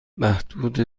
محدود